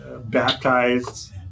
Baptized